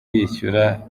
yishyura